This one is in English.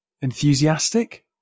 enthusiastic